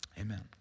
amen